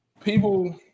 people